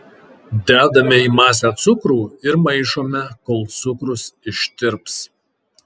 dedame į masę cukrų ir maišome kol cukrus ištirps